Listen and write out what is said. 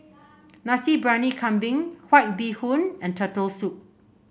Nasi Briyani Kambing White Bee Hoon and Turtle Soup